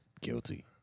guilty